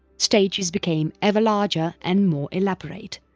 stages became ever larger and more elaborate.